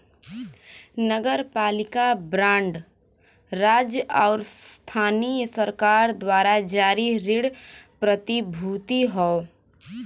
नगरपालिका बांड राज्य आउर स्थानीय सरकार द्वारा जारी ऋण प्रतिभूति हौ